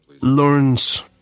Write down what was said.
learns